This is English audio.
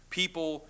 people